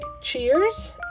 cheers